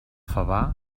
favar